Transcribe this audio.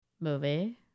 movie